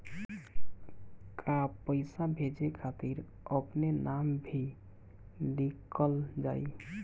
का पैसा भेजे खातिर अपने नाम भी लिकल जाइ?